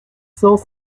cents